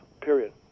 period